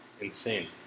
insane